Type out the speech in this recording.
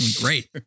Great